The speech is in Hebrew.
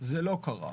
זה לא קרה.